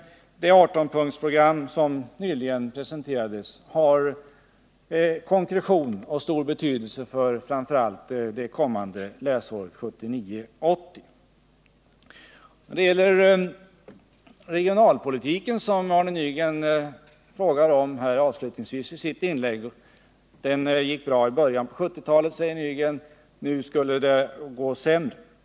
Det 18-punktsprogram som nyligen presenterades har konkretion och stor betydelse för framför allt det kommande läsåret 1979/80. När det gäller regionalpolitiken, som Arne Nygren frågar om i sitt inlägg, så säger han att den gick bra i början på 1970-talet. Nu skulle den emellertid gå sämre.